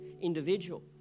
individual